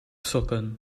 sokken